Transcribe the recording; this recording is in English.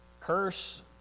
curse